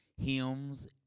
hymns